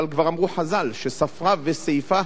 אבל כבר אמרו חז"ל שספרא וסייפא,